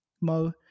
Mo